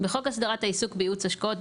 בחוק הסדרת העיסוק בייעוץ השקעות,